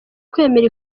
kwemera